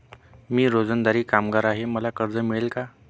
मी रोजंदारी कामगार आहे मला कर्ज मिळेल का?